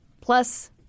plus